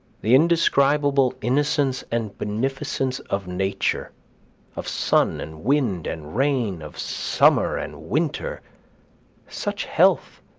the indescribable innocence and beneficence of nature of sun and wind and rain, of summer and winter such health,